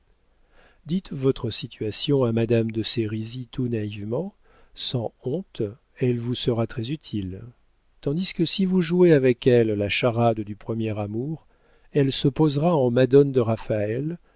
dites votre situation à madame de sérizy tout naïvement sans honte elle vous sera très-utile tandis que si vous jouez avec elle la charade du premier amour elle se posera en madone de raphaël